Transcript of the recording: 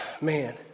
Man